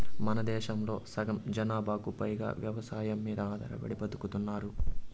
మనదేశంలో సగం జనాభాకు పైగా వ్యవసాయం మీద ఆధారపడి బతుకుతున్నారు